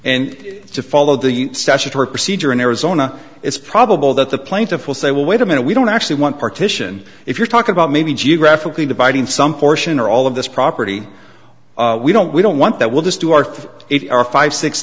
to follow the statutory procedure in arizona it's probable that the plaintiff will say well wait a minute we don't actually want partition if you're talking about maybe geographically dividing some portion or all of this property we don't we don't want that we'll just do our thing our five six